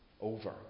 over